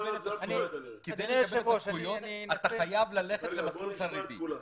כדי לקבל זכויות, אתה חייב ללכת למסלול חרדי.